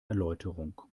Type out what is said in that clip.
erläuterung